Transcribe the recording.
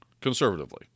conservatively